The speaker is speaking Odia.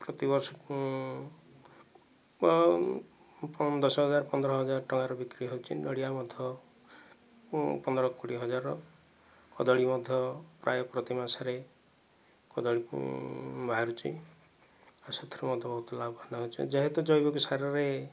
ପ୍ରତି ବର୍ଷକୁ ଦଶ ହଜାର ପନ୍ଦର ହଜାର ଟଙ୍କାରେ ବିକ୍ରି ହେଉଛି ନଡ଼ିଆ ମଧ୍ୟ ପନ୍ଦର କୋଡ଼ିଏ ହଜାରର କଦଳୀ ମଧ୍ୟ ପ୍ରାୟ ପ୍ରତି ମାସରେ କଦଳୀ ବାହାରୁଛି ଆଉ ସେଥିରୁ ମଧ୍ୟ ବହୁତ ଲାଭବାନ ହେଉଛେ ଯେହେତୁ ଜୈବିକ ସାରରେ